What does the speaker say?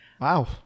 Wow